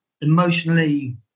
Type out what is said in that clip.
emotionally